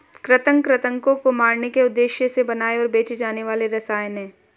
कृंतक कृन्तकों को मारने के उद्देश्य से बनाए और बेचे जाने वाले रसायन हैं